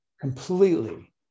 completely